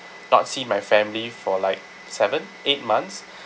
not seen my family for like seven eight months